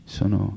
sono